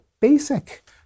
basic